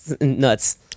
nuts